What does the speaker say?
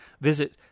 visit